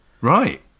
Right